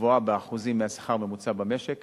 קבועה כאחוזים מהשכר הממוצע המשק,